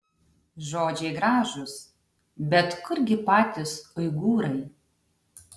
žodžiai gražūs bet kurgi patys uigūrai